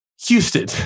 Houston